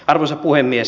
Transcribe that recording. arvoisa puhemies